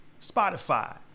Spotify